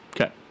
Okay